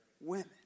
Women